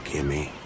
Kimmy